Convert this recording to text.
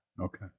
okay